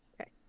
okay